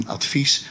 advies